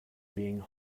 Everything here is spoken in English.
being